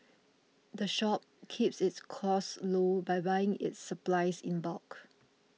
the shop keeps its costs low by buying its supplies in bulk